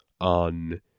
on